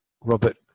Robert